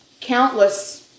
countless